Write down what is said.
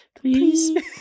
Please